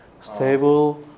Stable